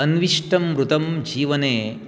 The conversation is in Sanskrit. अन्विष्टम् ऋतं जीवने